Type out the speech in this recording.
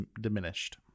diminished